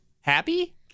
Happy